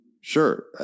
sure